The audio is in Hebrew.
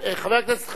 חבר הכנסת חנין,